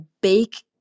bake